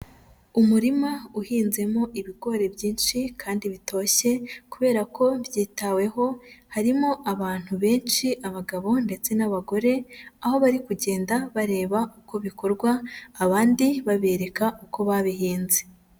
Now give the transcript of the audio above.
Umurima uhinzemo ibigori byinshi kandi bitoshye kubera ko byitaweho, harimo abantu benshi abagabo ndetse n'abagore, aho bari kugenda bareba uko bikorwa abandi babereka uko babihinze.